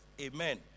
Amen